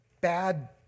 bad